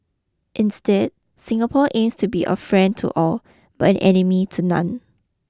instead Singapore aims to be a friend to all but an enemy to none